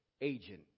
agent